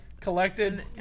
collected